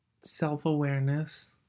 self-awareness